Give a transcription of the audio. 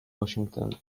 washington